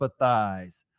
empathize